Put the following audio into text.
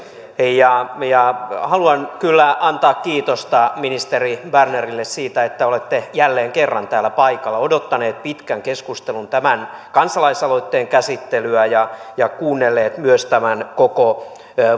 haluan kyllä antaa kiitosta ministeri bernerille siitä että olette jälleen kerran täällä paikalla odottanut pitkän keskustelun tämän kansalaisaloitteen käsittelyä ja ja kuunnellut myös tämän koko